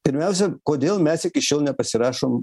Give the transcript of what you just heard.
pirmiausia kodėl mes iki šiol nepasirašom